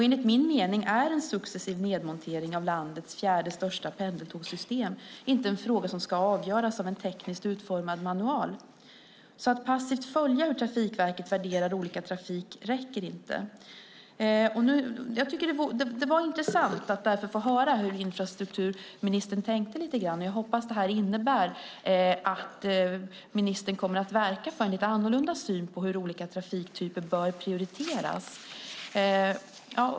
Enligt min mening är en successiv nedmontering av landets fjärde största pendeltågssystem inte en fråga som ska avgöras av en tekniskt utformad manual. Att passivt följa hur Trafikverket värderar olika trafiktyper räcker inte. Det var intressant att får höra lite grann hur infrastrukturministern tänker. Jag hoppas att ministern kommer att verka för en lite annorlunda syn på hur olika trafiktyper bör prioriteras.